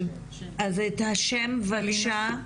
אז את השם בבקשה.